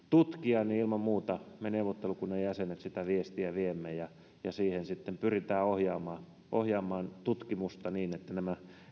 tutkia niin ilman muuta me neuvottelukunnan jäsenet sitä viestiä viemme ja ja siihen sitten pyritään ohjaamaan ohjaamaan tutkimusta niin että nämä